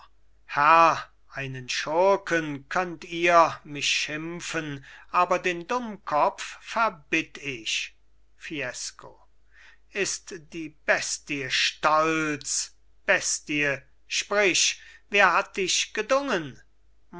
einen schurken könnt ihr mich schimpfen aber den dummkopf verbitt ich fiesco ist die bestie stolz bestie sprich wer hat dich gedungen